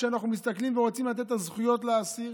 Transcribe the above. כשאנחנו מסתכלים ורוצים לתת את הזכויות לאסיר,